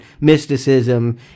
mysticism